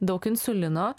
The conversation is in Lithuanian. daug insulino